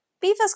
Beavers